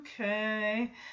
okay